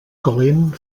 calent